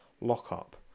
lockup